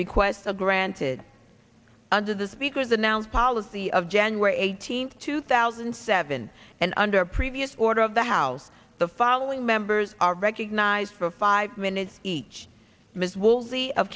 request a granted under the speaker's announced policy of january eighteenth two thousand and seven and under previous order of the house the following members are recognized for five minutes each